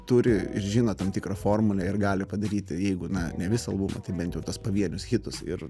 turi ir žino tam tikrą formulę ir gali padaryti jeigu na ne visą albumą tai bent jau tuos pavienius hitus ir